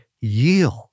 yield